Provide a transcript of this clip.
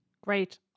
great